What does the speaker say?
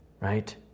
Right